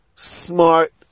Smart